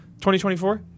2024